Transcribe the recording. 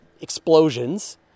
explosions